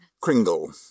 Kringle